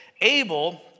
Abel